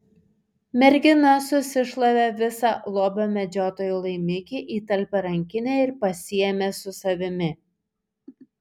mergina susišlavė visą lobio medžiotojų laimikį į talpią rankinę ir pasiėmė su savimi